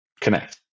Connect